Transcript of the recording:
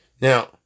Now